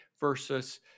versus